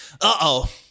uh-oh